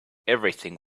everything